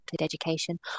education